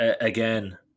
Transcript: again